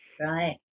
right